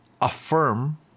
affirm